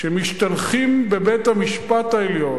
שמשתלחים בבית-המשפט העליון,